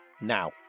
Now